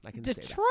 detroit